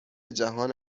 جهان